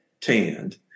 tanned